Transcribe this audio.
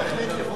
אדוני